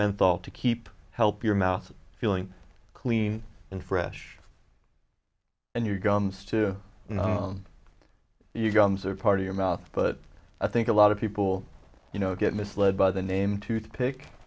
menthol to keep help your mouth feeling clean and fresh and your guns to your gums are part of your mouth but i think a lot of people you know get misled by the name toothpick